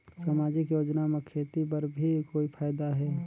समाजिक योजना म खेती बर भी कोई फायदा है?